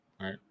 right